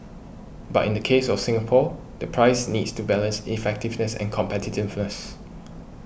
but in the case of Singapore the price needs to balance effectiveness and competitiveness